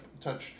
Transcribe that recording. touch